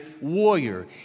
warrior